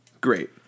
great